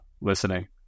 listening